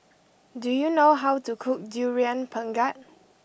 do you know how to cook Durian Pengat